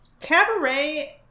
Cabaret